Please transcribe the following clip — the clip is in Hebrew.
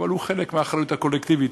אבל הוא חלק מהאחריות הקולקטיבית,